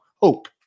hope